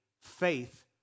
faith